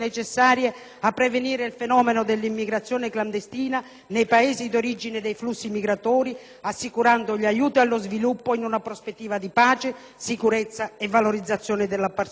a prevenire il fenomeno dell'immigrazione clandestina nei Paesi di origine dei flussi migratori, assicurando gli aiuti allo sviluppo in una prospettiva di pace, sicurezza e valorizzazione della persona.